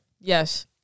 Yes